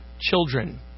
children